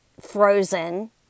frozen